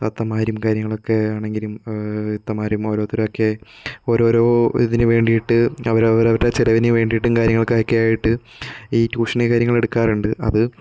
താത്തമാരും കാര്യങ്ങളൊക്കെ ആണെങ്കിലും ഇത്തമാരും ഓരോരുത്തരോക്കെ ഓരോരോ ഇതിന് വേണ്ടീട്ട് അവര് അവരുടെ ചിലവിന് വേണ്ടിയിട്ട് കാര്യങ്ങളൊക്കെ ആയിട്ട് ഈ ട്യൂഷനും കാര്യങ്ങളും എടുക്കാറുണ്ട് അത്